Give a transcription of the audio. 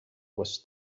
was